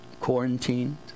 Quarantined